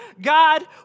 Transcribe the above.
God